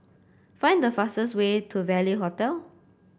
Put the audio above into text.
find the fastest way to Value Hotel